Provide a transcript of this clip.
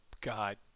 God